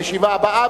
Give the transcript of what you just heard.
הישיבה הבאה,